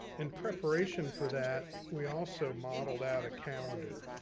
in preparation for that, we also modeled out a calendar,